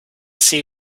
see